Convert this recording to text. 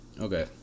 Okay